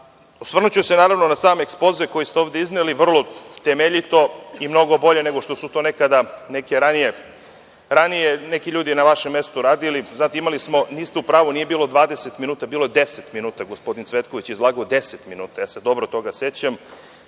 god. Osvrnuću se naravno na sam ekspoze koji ste ovde izneli, vrlo temeljito i mnogo bolje nego što su to nekada ranije neki ljudi na vašem mestu radili. Niste u pravu, nije bilo 20 minuta, bilo je 10 minuta. Gospodin Cvetković je izlagao 10 minuta, ja se dobro toga sećam,